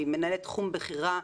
מנהלת תחום בכירה,